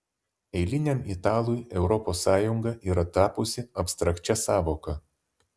eiliniam italui europos sąjunga yra tapusi abstrakčia sąvoka